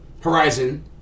Horizon